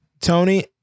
Tony